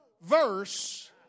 verse